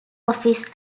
office